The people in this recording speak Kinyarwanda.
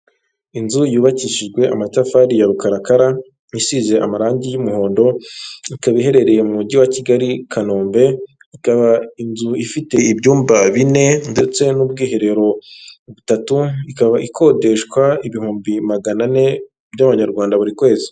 Inzu yubakishijwe amatafari ya rukarakara, isize amarangi y'umuhondo, ikaba iherereye mu Mujyi wa Kigali i Kanombe, ikaba inzu ifite ibyumba bine ndetse n'ubwiherero butatu, ikaba ikodeshwa ibihumbi magana ane by'abanyarwanda buri kwezi.